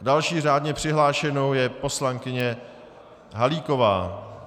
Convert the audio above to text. Další řádně přihlášenou je poslankyně Halíková.